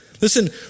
Listen